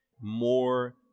more